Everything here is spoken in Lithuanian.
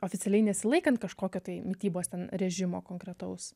oficialiai nesilaikant kažkokio tai mitybos režimo konkretaus